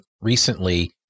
recently